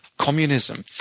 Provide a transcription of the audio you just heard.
communism.